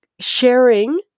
sharing